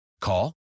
Call